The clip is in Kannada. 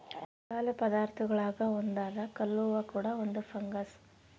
ಮಸಾಲೆ ಪದಾರ್ಥಗುಳಾಗ ಒಂದಾದ ಕಲ್ಲುವ್ವ ಕೂಡ ಒಂದು ಫಂಗಸ್